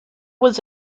was